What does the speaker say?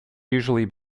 usually